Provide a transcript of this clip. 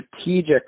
strategic